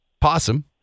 possum